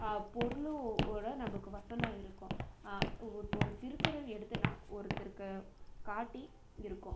பொருளோட நம்மக்கு வசனம் இருக்கும் ஒ இப்போது ஒரு திருக்குறள் எடுத்தோன்னா ஒருத்தருக்கு காட்டி இருக்கோம்